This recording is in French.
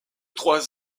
trois